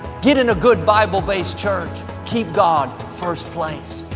get in a good bible-based church. keep god first place.